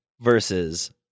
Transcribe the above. versus